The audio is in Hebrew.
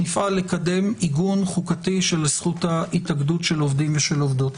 נפעל לקדם עיגון חוקתי של זכות ההתאגדות של עובדים ושל עובדות.